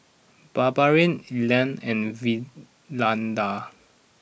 Barbara Elna and Valinda